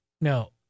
no